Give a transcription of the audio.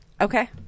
Okay